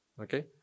okay